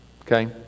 okay